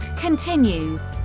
Continue